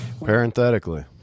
parenthetically